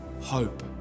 hope